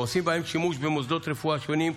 ועושים בהם שימוש במוסדות רפואה שונים: